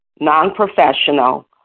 non-professional